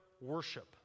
worship